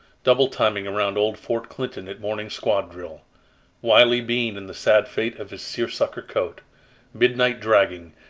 double-timing around old fort clinton at morning squad drill wiley bean and the sad fate of his seersucker coat midnight dragging,